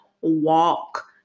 walk